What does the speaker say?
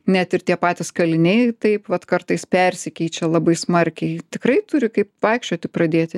net ir tie patys kaliniai taip vat kartais persikeičia labai smarkiai tikrai turi kaip vaikščioti pradėti